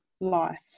life